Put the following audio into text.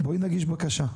בואי נגיש בקשה,